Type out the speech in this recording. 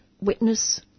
witness